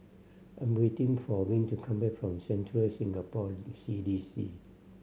I'm waiting for Vince to come back from Central Singapore C D C